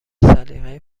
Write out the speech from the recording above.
سلیقه